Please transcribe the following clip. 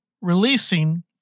releasing